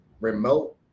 remote